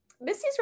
Missy's